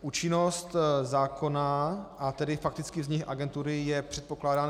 Účinnost zákona, a tedy fakticky vznik agentury, je předpokládána k 1. 1. 2016.